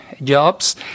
jobs